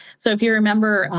so if you remember,